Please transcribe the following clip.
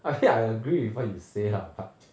I feel like I agree with what you say lah but